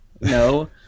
no